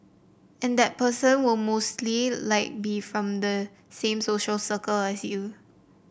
and that person will mostly like be from the same social circle as you